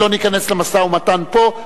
לא ניכנס למשא-ומתן פה.